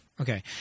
okay